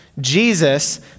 Jesus